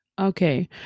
okay